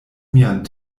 mian